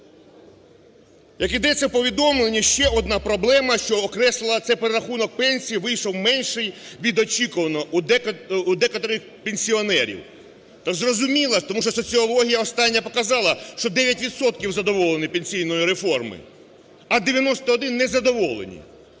Як йдеться в повідомленні, ще одна проблема, що окреслена, - це перерахунок пенсій вийшов менший від очікуваного у декотрих пенсіонерів. Так зрозуміло, тому що соціологія остання показала, що 9 відсотків задоволені пенсійною реформою, а 91 не задоволені.